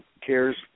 CARES